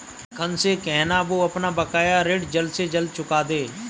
लखन से कहना, वो अपना बकाया ऋण जल्द से जल्द चुका दे